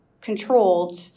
controlled